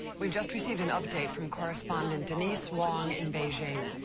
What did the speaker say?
we've just received an update from correspondent denise wong in beijing.